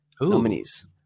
nominees